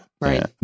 Right